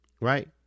Right